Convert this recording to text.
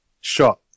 shot